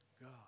God